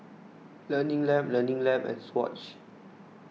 Learning Lab Learning Lab and Swatch